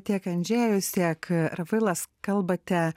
tiek andžejus tiek rafailas kalbate